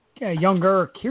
younger